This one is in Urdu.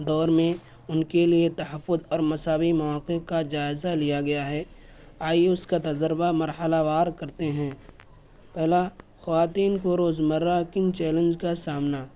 دور میں ان کے لیے تحفظ اور مساوی مواقع کا جائزہ لیا گیا ہے آئیے اس کا تجربہ مرحلہ وار کرتے ہیں پہلا خواتین کو روزمرہ کن چیلنج کا سامنا